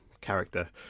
character